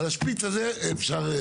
ועל השפיץ הזה אפשר.